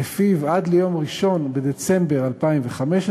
ולפיו עד ליום 1 בדצמבר 2015 ייחתמו